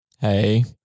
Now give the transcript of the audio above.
Hey